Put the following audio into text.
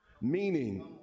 Meaning